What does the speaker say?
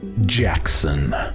Jackson